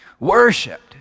Worshipped